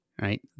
right